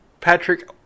Patrick